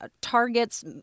targets